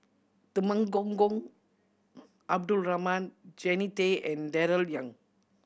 Temenggong Abdul Rahman Jannie Tay and Darrell Ang